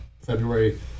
February